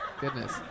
goodness